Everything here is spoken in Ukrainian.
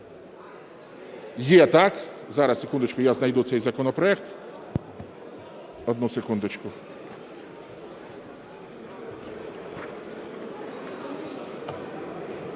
Є, так? Зараз, секундочку, я знайду цей законопроект, одну секундочку.